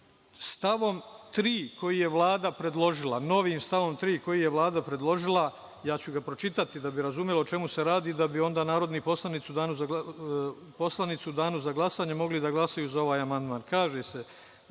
3. koji je Vlada predložila, novim stavom 3. koji je Vlada predložila, ja ću ga pročitati, da bi razumeli o čemu se radi, da bi onda narodni poslanici u danu za glasanje mogli da glasaju za ovaj amandman.